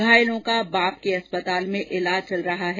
घायलों का बाप के अस्पताल में इलाज चल रहा है